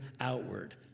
outward